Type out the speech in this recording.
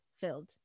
filled